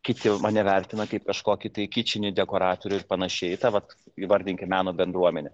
kiti mane vertina kaip kažkokį tai kičinį dekoratorių ir panašiai ta vat įvardinkim meno bendruomenė